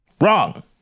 Wrong